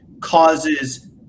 causes